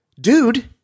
dude